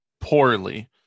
poorly